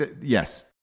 Yes